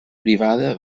privada